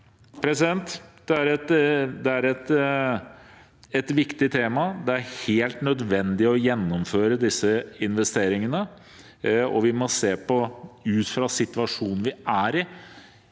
to tiårene. Dette er et viktig tema. Det er helt nødvendig å gjennomføre disse investeringene, og vi må, ut fra situasjonen vi er i,